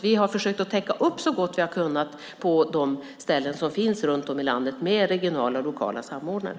Vi har försökt att täcka upp så gott vi har kunnat på de ställen som finns runt om i landet med regionala och lokala samordnare.